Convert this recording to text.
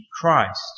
Christ